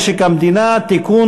משק המדינה (תיקון,